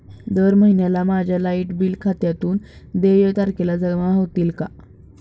दर महिन्याला माझ्या लाइट बिल खात्यातून देय तारखेला जमा होतील का?